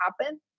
happen